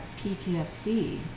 ptsd